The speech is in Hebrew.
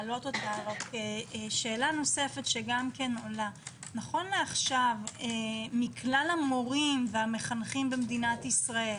שאלה נוספת שעולה - נכון לעכשיו מכלל המורים והמחנכים במדינת ישראל